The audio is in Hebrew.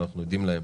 שאנחנו עדים להן,